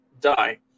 die